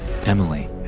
Emily